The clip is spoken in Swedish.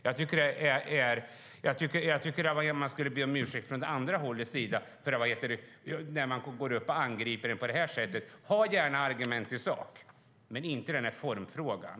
Jag tycker att man skulle be om ursäkt från det andra hållet när man går upp och angriper oss på detta sätt. Ha gärna argument i sak, men ta inte upp den här formfrågan!